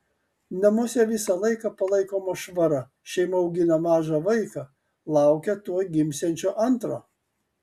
namuose visą laiką palaikoma švara šeima augina mažą vaiką laukia tuoj gimsiančio antro